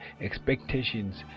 expectations